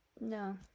No